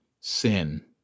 sin